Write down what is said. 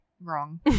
wrong